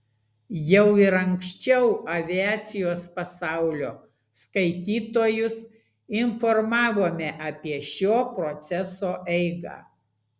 jau ir anksčiau aviacijos pasaulio skaitytojus informavome apie šio proceso eigą